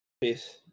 peace